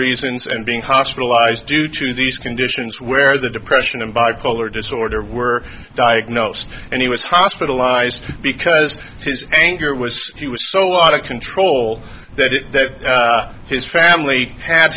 reasons and being hospitalized due to these conditions where the depression and bipolar disorder were diagnosed and he was hospitalized because his anger was he was so out of control that it his family had